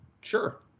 sure